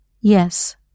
yes